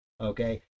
okay